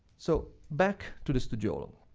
so, back to the studiolo.